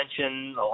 mentioned